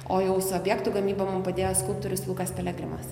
o jau su objektų gamyba mum padėjo skulptorius lukas pelegrimas